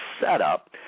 setup